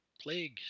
plague